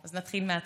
אז נתחיל מההתחלה.